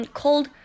called